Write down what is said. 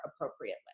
appropriately